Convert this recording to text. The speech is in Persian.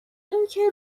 اینکه